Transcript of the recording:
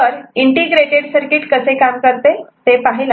तर integrated circuit कसे काम करते ते पाहू